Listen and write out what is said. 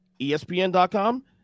ESPN.com